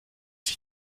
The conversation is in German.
sich